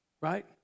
right